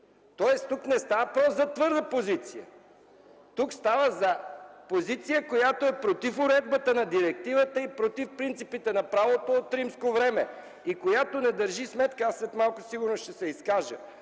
Тоест тук не става въпрос за твърда позиция! Тук става въпрос за позиция, която е против уредбата на директивата и против принципите на правото от римско време, която не държи сметка (след малко сигурно ще се изкажа),